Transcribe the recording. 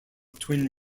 twin